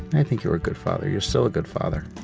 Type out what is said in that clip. i think you were a good father, you're still a good father